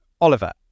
Oliver